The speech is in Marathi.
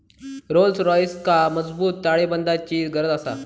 रोल्स रॉइसका मजबूत ताळेबंदाची गरज आसा